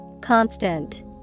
Constant